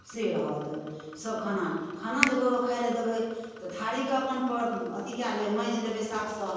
से रहत सब खाना खाना जे ककरो खाइलए देबै तऽ थारीके अपन अथी कऽ लेबै माँजि लेबै साफसँ